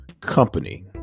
company